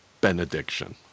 benediction